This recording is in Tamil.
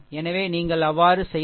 எனவே நீங்கள் அவ்வாறு செய்தால் இந்த 2